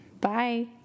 Bye